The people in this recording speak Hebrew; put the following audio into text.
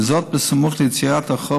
וזאת סמוך ליצירת החוב,